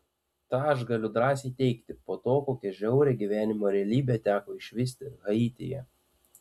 tą aš galiu drąsiai teigti po to kokią žiaurią gyvenimo realybę teko išvysti haityje